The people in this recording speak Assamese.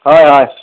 হয় হয়